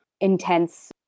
intense